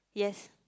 yes